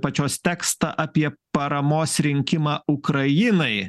pačios tekstą apie paramos rinkimą ukrainai